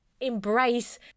embrace